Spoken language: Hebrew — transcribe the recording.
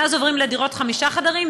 ואז עוברים לדירות חמישה חדרים,